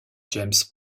james